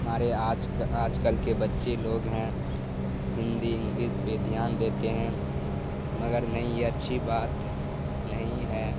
ہمارے آج آج کل کے بچے لوگ ہیں ہندی انگلس پہ دھیان دیتے ہیں مگر نہیں یہ اچھی بات نہیں ہے